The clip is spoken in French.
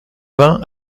vingt